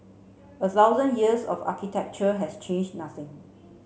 a thousand years of architecture has changed nothing